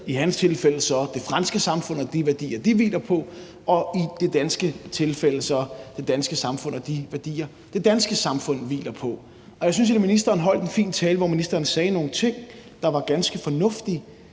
i hans tilfælde, det franske samfund og de værdier, som det hviler på, og i det danske tilfælde er det så det danske samfund og de værdier, som det danske samfund hviler på. Og jeg synes egentlig, at ministeren holdt en fin tale, hvor ministeren sagde nogle ting, der var ganske fornuftige.